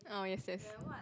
oh yes yes